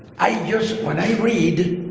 i just, when i read,